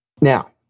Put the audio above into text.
Now